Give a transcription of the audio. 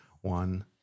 One